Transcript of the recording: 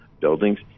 buildings